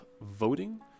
voting